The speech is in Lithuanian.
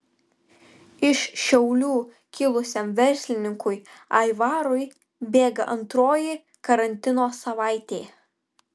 iš šiaulių kilusiam verslininkui aivarui bėga antroji karantino savaitė